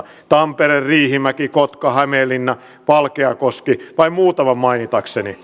tampere riihimäki kotka hämeenlinna valkeakoski vain muutaman mainitakseni